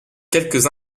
quelques